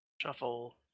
Shuffle